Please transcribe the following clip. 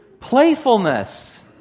Playfulness